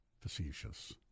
facetious